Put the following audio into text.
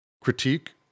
critique